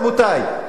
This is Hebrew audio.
רבותי.